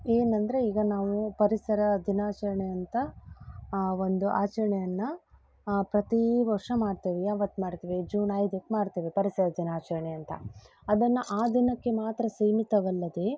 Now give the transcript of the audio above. ಏನಂದರೆ ಈಗ ನಾವು ಪರಿಸರ ದಿನಾಚರಣೆ ಅಂತ ಒಂದು ಆಚರಣೆಯನ್ನ ಪ್ರತೀ ವರ್ಷ ಮಾಡ್ತೇವೆ ಯಾವತ್ತು ಮಾಡ್ತೇವೆ ಜೂನ್ ಐದಕ್ಕೆ ಮಾಡ್ತೇವೆ ಪರಿಸರ ದಿನಾಚರಣೆ ಅಂತ ಅದನ್ನು ಆ ದಿನಕ್ಕೆ ಮಾತ್ರ ಸೀಮಿತವಲ್ಲದೇ